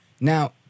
Now